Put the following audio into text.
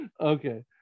Okay